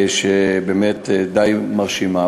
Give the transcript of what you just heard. באמת, די מרשימה.